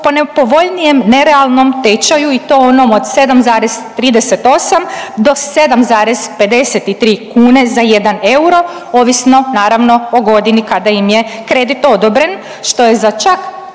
po nepovoljnijem nerealnom tečaju i to onom o 7,38 do 7,53 kune za jedan euro ovisno naravno o godini kada im je kredit odobren što je za čak